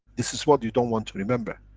this is what you don't want to remember.